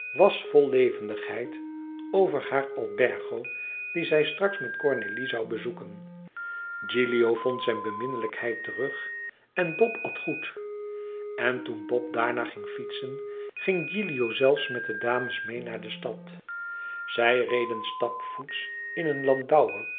was vol levendigheid over haar albergo die zij straks met cornélie zoû bezoeken ilio vond zijne beminnelijkheid terug en bob at goed en toen bob daarna ging fietsen ging gilio zelfs met de dames meê naar de stad zij reden stapvoets in een landauer